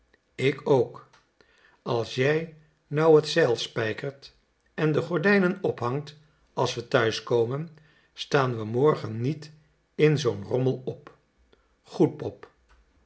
ik ook als jij nou het zeil spijkert en de gordijnen ophangt als we thuiskomen staan we morgen niet in zoo'n rommel op goed pop